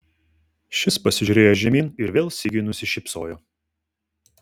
šis pasižiūrėjo žemyn ir vėl sigiui nusišypsojo